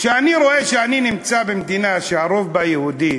כשאני רואה שאני נמצא במדינה שהרוב בה יהודי,